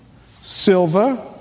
silver